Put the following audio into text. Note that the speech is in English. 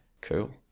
Cool